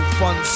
fun